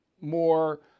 more